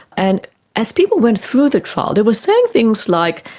and as people went through the trial they were saying things like,